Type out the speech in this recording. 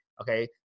Okay